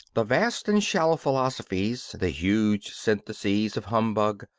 the vast and shallow philosophies, the huge syntheses of humbug,